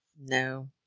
No